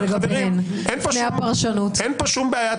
חברים, אין פה שום בעיית עובדות.